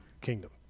kingdom